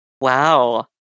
wow